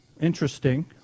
interesting